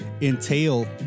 entail